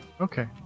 okay